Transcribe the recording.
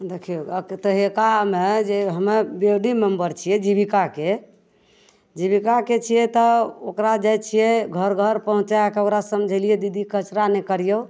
देखिऔ तहिऔकामे जे हमे बी ओ डी मेम्बर छिए जीविकाके जीविकाके छिए तऽ ओकरा जाइ छिए घर घर पहुँचिके ओकरा समझेलिए दीदी कचरा नहि करिऔ